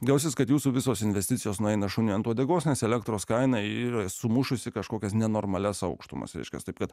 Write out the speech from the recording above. gausis kad jūsų visos investicijos nueina šuniui ant uodegos nes elektros kaina yra sumušusi kažkokias nenormalias aukštumas viskas taip pat